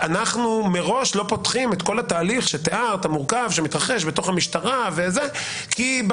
מראש לא פותחים את כל התהליך המורכב שתיארת שמתרחש בתוך המשטרה כי בסוף